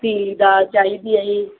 ਪੀਲੀ ਦਾਲ ਚਾਹੀਦੀ ਹੈ ਜੀ